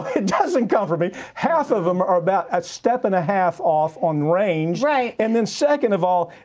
it doesn't come from me. half of them are about a step and a half off on range. right. and then second of all,